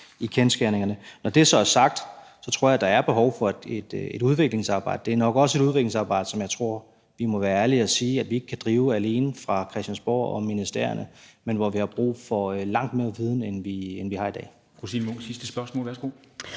i kendsgerningerne. Når det så er sagt, tror jeg, at der er behov for et udviklingsarbejde. Det er nok også et udviklingsarbejde, som jeg tror vi må være ærlige og sige at vi ikke kan drive alene fra Christiansborg og ministerierne, men hvor vi har brug for langt mere viden, end vi har i dag.